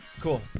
Cool